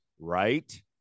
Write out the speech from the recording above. Right